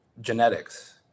genetics